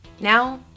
Now